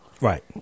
right